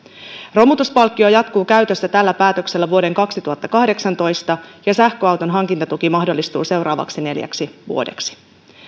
romutuspalkkio jatkuu käytössä tällä päätöksellä vuoden kaksituhattakahdeksantoista ja sähköauton hankintatuki mahdollistuu seuraavaksi neljäksi vuodeksi